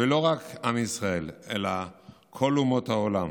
ולא רק עם ישראל, אלא כל אומות העולם.